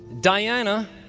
Diana